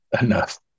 enough